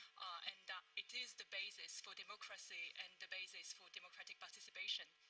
and it is the basis for democracy and the basis for democratic participation.